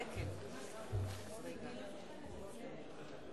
כבוד היושב-ראש, חברי חברי הכנסת הנכבדים,